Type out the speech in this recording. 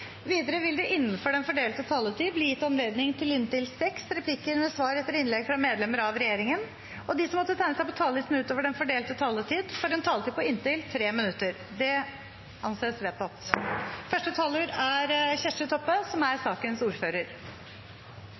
Videre vil det – innenfor den fordelte taletid – blir gitt anledning til replikkordskifte med inntil seks replikker med svar etter innlegg fra medlemmer av regjeringen, og de som måtte tegne seg på talerlisten utover den fordelte taletid, får en taletid på inntil 3 minutter. Selv om det er en samlet komité som er